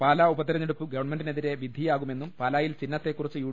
പാലാ ഉപതെരഞ്ഞെടുപ്പ് ഗവൺമെന്റിനെതിരെ വിധിയാകുമെന്നും പാലായിൽ ചിഹ്നത്തെ കുറിച്ച് യു